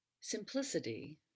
Simplicity